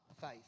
faith